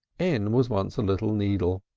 n was once a little needle,